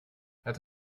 het